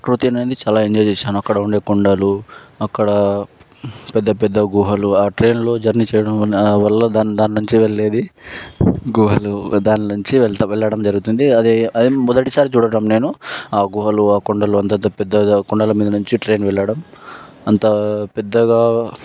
ప్రకృతి అనేది చాలా ఎంజాయ్ చేశాను అక్కడ ఉండే కొండలు అక్కడ పెద్ద పెద్ద గృహాలు ఆ ట్రైన్లో జర్నీ చేయడం వల్ల దాన్ని దాన్ని మంచిగా వెళ్ళేది గుహలు దాని నుంచి వెళ్ళడం జరుగుతుంది అదే అదే మొదటిసారి చూడటం నేను ఆ గుహలు ఆ కొండలు అంత పెద్ద కొండల మీద నుంచి ట్రైన్ వెళ్ళడం అంత పెద్దగా